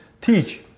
teach